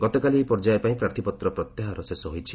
ଗତକାଲି ଏହି ପର୍ଯ୍ୟାୟ ପାଇଁ ପ୍ରାର୍ଥୀପତ୍ର ପ୍ରତ୍ୟାହାର ଶେଷ ହୋଇଛି